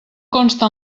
consta